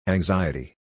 Anxiety